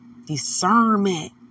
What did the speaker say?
Discernment